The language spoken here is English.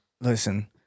listen